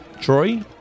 Troy